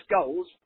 goals